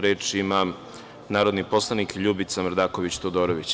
Reč ima narodni poslanik LJubica Mrdaković Todorović.